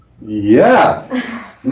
Yes